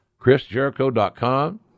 ChrisJericho.com